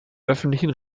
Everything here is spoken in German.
öffentlichen